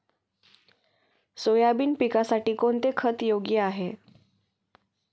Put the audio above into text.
Soybean पिकासाठी कोणते खत योग्य आहे?